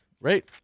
right